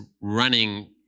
running